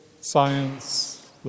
science